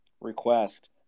request